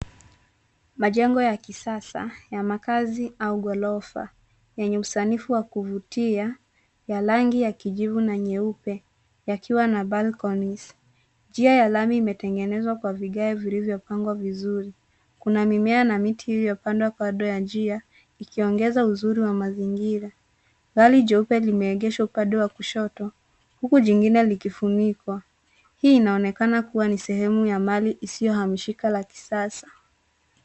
Majengo ya kisasa ya makazi au ghorofa yenye usanifu wa kuvutia ya rangi ya kijivu na nyeupe yakiwa na balconies njia ya lami imetengenezwa kwa vigae vilivyopangwa vizuri, kuna mimea na miti iliyopandwa bado ya njia ikiongeza uzuri wa mazingira gari jeupe limeegeshwa upande wa kushoto huku jingine likifunikwa hii inaonekana kuwa ni sehemu ya mali isiyohamishika la kisasa.